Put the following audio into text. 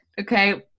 Okay